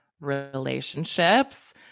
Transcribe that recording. relationships